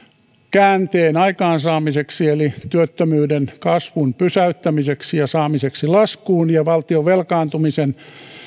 käänteen aikaansaamiseksi eli työttömyyden kasvun pysäyttämiseksi ja saamiseksi laskuun ja valtion velkaantumisen